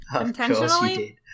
Intentionally